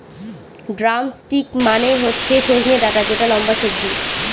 drumstick মানে হচ্ছে সজনে ডাটা যেটা লম্বা সবজি